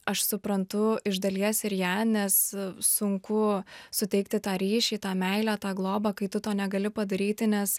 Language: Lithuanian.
aš suprantu iš dalies ir ją nes sunku suteikti tą ryšį tą meilę tą globą kai tu to negali padaryti nes